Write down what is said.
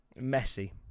Messy